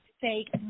fake